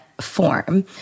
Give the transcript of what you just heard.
form